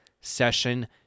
session